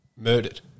murdered